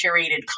curated